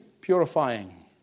purifying